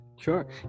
Sure